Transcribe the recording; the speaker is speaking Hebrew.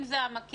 אם זה המקל,